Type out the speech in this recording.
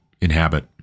inhabit